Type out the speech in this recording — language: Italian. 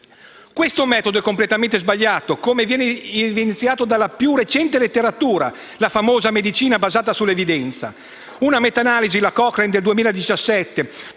Questo metodo è completamente sbagliato, come evidenziato dalla più recente letteratura, la famosa medicina basata sull'evidenza. La meta-analisi Cochrane del 2017